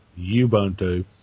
Ubuntu